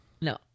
No